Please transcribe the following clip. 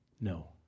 No